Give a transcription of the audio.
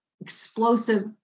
explosive